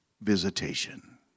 visitation